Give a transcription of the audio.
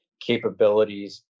capabilities